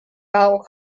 bowel